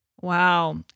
Wow